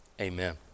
Amen